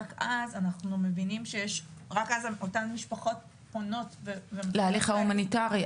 רק אז אותן משפחות פונות להליך ההומניטארי.